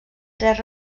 tres